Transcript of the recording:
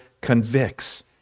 convicts